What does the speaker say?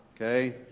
okay